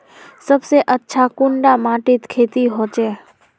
सबसे अच्छा कुंडा माटित खेती होचे?